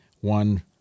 one